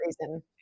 reason